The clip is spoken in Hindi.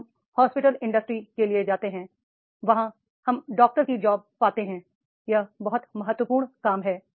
फिर हम हॉस्पिटल इंडस्ट्री के लिए जाते हैं वहां डॉक्टर की जॉब पाते हैं यह बहुत महत्वपूर्ण काम है